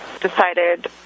decided